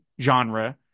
genre